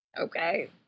Okay